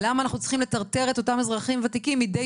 למה אנחנו צריכים לטרטר את אותם אזרחים ותיקים מידי